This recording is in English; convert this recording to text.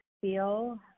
feel